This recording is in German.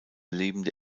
lebende